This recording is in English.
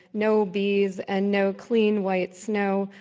no bees, and no clean white snow.